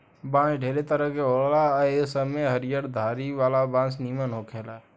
बांस ढेरे तरह के होला आ ए सब में हरियर धारी वाला बांस निमन होखेला